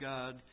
God